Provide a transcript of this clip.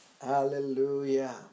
Hallelujah